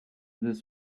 this